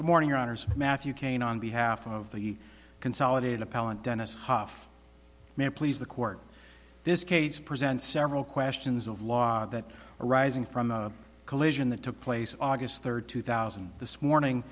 the morning honors matthew kane on behalf of the consolidated appellant dennis huff may it please the court this case presents several questions of law that are arising from a collision that took place on august third two thousand this morning